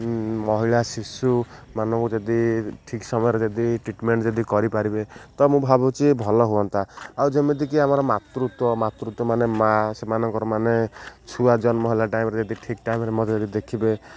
ମହିଳା ଶିଶୁମାନଙ୍କୁ ଯଦି ଠିକ୍ ସମୟରେ ଯଦି ଟ୍ରିଟମେଣ୍ଟ ଯଦି କରିପାରିବେ ତ ମୁଁ ଭାବୁଛି ଭଲ ହୁଅନ୍ତା ଆଉ ଯେମିତିକି ଆମର ମାତୃତ୍ଵ ମାତୃତ୍ଵ ମାନେ ମା' ସେମାନଙ୍କର ମାନେ ଛୁଆ ଜନ୍ମ ହେଲା ଟାଇମରେ ଯଦି ଠିକ୍ ଟାଇମରେ ମଧ୍ୟ ଯଦି ଦେଖିବେ